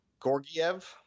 Gorgiev